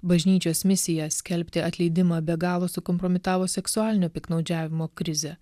bažnyčios misija skelbti atleidimą be galo sukompromitavo seksualinio piktnaudžiavimo krizę